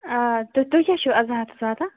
آ تُہۍ کیاہ چھِو ازاہتس زِ واتان